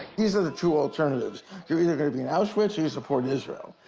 these are the two alternatives youire either going to be in auschwitz or youire supporting israel.